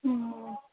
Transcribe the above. हूँ